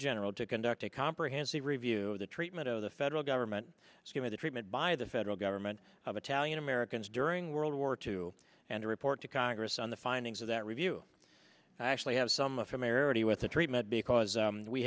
general to conduct a comprehensive review of the treatment of the federal government given the treatment by the federal government of italian americans during world war two and to report to congress on the findings of that review actually have some of her merit with the treatment because